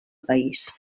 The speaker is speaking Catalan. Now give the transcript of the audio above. país